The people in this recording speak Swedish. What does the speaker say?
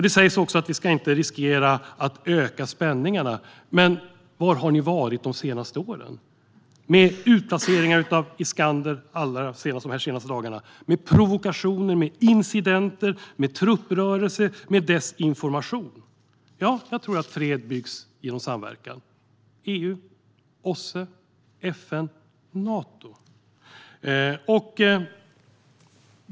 Det sägs också att vi inte ska riskera att öka spänningarna, men var har ni varit de senaste åren? Vi har sett utplaceringar av Iskander de senaste dagarna, provokationer, incidenter, trupprörelser och desinformation. Ja, jag tror att fred byggs genom samverkan: EU, OSSE, FN, Nato.